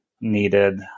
needed